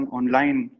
online